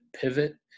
pivot